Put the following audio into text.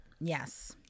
yes